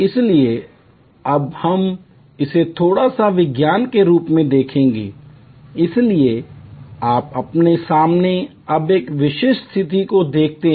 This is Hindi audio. इसलिए अब हम इसे थोड़ा सा विज्ञान के रूप में देखेंगे इसलिए आप अपने सामने अब एक विशिष्ट स्थिति को देखते हैं